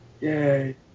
Yay